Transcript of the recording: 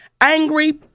angry